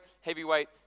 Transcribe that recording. heavyweight